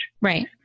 Right